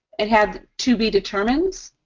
it had to be determined?